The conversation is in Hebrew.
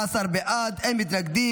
מתנגדים.